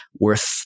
worth